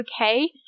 okay